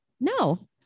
No